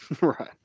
Right